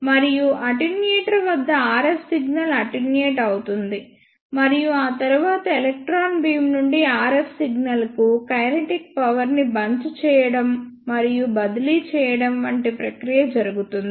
మరియు అటెన్యూయేటర్ వద్ద RF signal attenuate అవుతుంది మరియు ఆ తరువాత ఎలక్ట్రాన్ బీమ్ నుండి RF సిగ్నల్కు కైనెటిక్ పవర్ ని బంచ్ చేయడం మరియు బదిలీ చేయడం వంటి ప్రక్రియ జరుగుతుంది